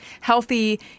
healthy